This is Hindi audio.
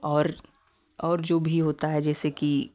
और और जो भी होता है जैसे कि